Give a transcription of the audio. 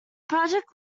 project